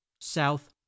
south